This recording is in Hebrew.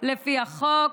לפי החוק,